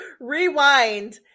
rewind